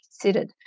considered